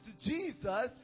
jesus